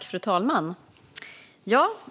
Fru talman!